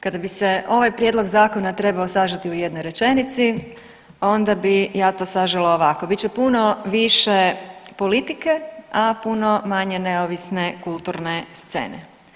Kada bi se ovaj prijedlog zakona trebao sažeti u jednoj rečenici onda bi ja to sažela ovako, bit će puno više politike, a puno manje neovisne kulturne scene.